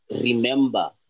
remember